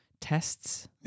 tests